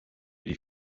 die